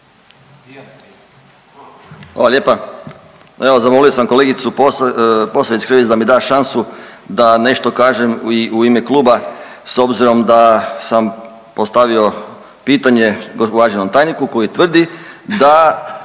lijepa. Evo, zamolio sam kolegicu Posavec Krivec da mi da šansu da nešto kažem i u ime kluba s obzirom da sam postavio pitanje uvaženom tajniku koji tvrdi da